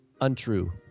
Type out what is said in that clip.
untrue